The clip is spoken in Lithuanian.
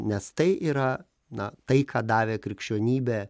nes tai yra na tai ką davė krikščionybė